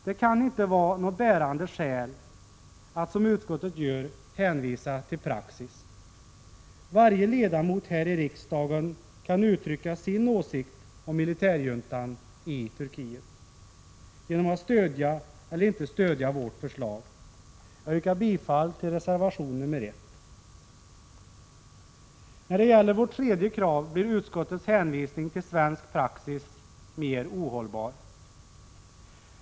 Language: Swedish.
Det kan inte anses vara något bärande skäl att, som utskottet gör, hänvisa till praxis. Varje ledamot här i riksdagen kan uttrycka sin åsikt om militärjuntan i Turkiet genom att stödja, eller inte stödja, vårt förslag. Jag yrkar bifall till reservation nr 1, där vårt andra yrkande tas upp. När det gäller vårt tredje krav blir utskottets hänvisning till svensk praxis mer ohållbar.